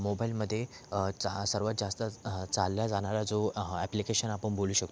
मोबाइलमध्ये सर्वात जास्त चालला जाणारा जो ॲप्लिकेशन आपण बोलू शकतो